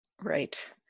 Right